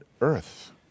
earth